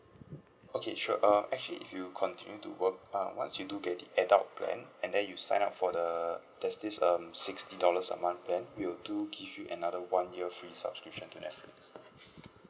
okay sure err actually if you continue to work err what you do get is adult plan and then you sign up for the there's this um sixty dollars a month plan we'll do give you another one year free subscription to Netflix